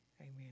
Amen